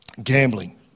Gambling